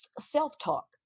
self-talk